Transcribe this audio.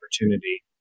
opportunity